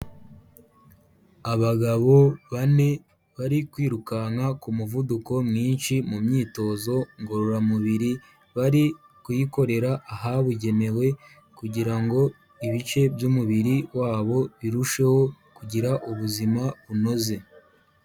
Abagabo bane bari kwirukanka ku muvuduko mwinshi mu myitozo ngororamubiri, bari kuyikorera ahabugenewe kugira ngo ibice by'umubiri wabo birusheho kugira ubuzima bunoze.